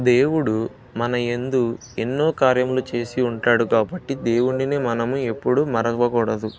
దేవుడు మన ఎందు ఎన్నో కార్యలు చేసి ఉంటాడు కాబట్టి దేవుడిని మనము ఎప్పుడు మరవకూడదు